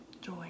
joy